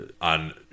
on